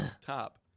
top